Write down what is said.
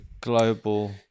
global